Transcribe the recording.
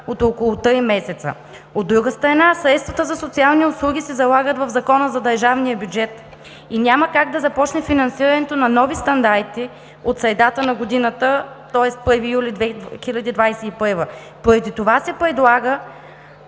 от около три месеца. От друга страна, средствата за социални услуги се залагат в Закона за държавния бюджет и няма как да започне финансирането на нови стандарти от средата на годината, тоест 1 юли 2021 г. Поради това се предлага